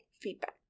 feedback